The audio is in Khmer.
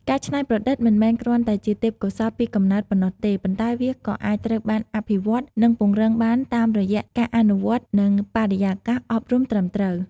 ការច្នៃប្រឌិតមិនមែនគ្រាន់តែជាទេពកោសល្យពីកំណើតប៉ុណ្ណោះទេ ប៉ុន្តែវាក៏អាចត្រូវបានអភិវឌ្ឍន៍ និងពង្រឹងបានតាមរយៈការអនុវត្ត និងបរិយាកាសអប់រំត្រឹមត្រូវ។